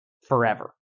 Forever